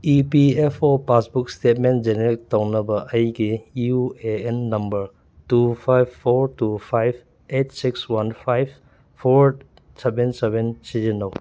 E P F O passbook statement generate ꯇꯧꯅꯕ ꯑꯩꯒꯤ U A N number two five four two five eight six one five four seven seven ꯁꯤꯖꯤꯟꯅꯧ